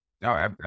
no